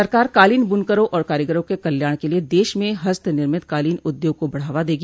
सरकार कालीन बनकरों और कारीगरों के कल्याण के लिए देश में हस्तनिर्मित कालीन उद्योग को बढ़ावा देगी